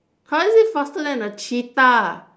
how is it faster than a cheetah